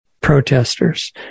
protesters